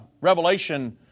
Revelation